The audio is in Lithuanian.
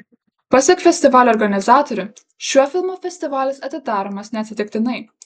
pasak festivalio organizatorių šiuo filmu festivalis atidaromas neatsitiktinai